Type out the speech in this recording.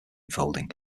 folding